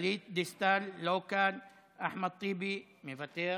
גלית דיסטל, לא כאן, אחמד טיבי, מוותר.